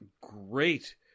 great